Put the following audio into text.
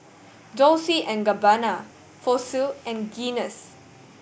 Dolce and Gabbana Fossil and Guinness